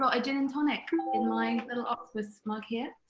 got a gin and tonic in my little octopus mug here.